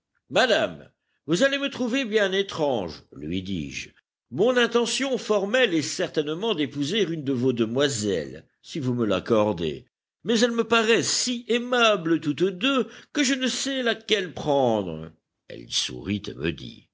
madame vous allez me trouver bien étrange lui dis-je mon intention formelle est certainement d'épouser une de vos demoiselles si vous me l'accordez mais elles me paraissent si aimables toutes deux que je ne sais laquelle prendre elle sourit et me dit